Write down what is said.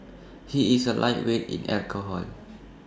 he is A lightweight in alcohol